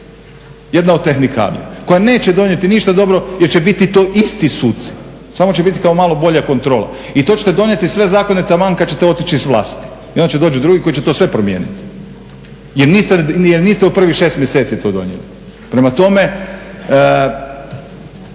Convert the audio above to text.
jedna od tehnikalija koja neće donijeti ništa dobro jer će biti to isti suci, samo će biti kao malo bolja kontrola. I to ćete donijeti sve zakone taman kada ćete otići sa vlasti i onda će to doći drugu koji će to sve promijeniti jer niste u prvih 6 mjeseci to donijeli. Prema tome,